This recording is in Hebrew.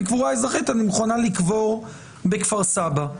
לה קבורה אזרחית והיא מוכנה לקבור בכפר סבא.